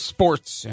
Sports